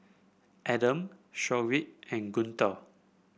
Adam Shoaib and Guntur